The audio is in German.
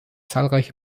zahlreiche